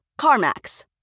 CarMax